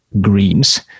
greens